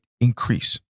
increase